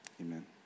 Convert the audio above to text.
Amen